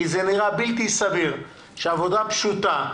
כמה זמן זה יתעכב באוצר או לא יתעכב בכלל?